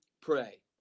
pray